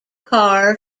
car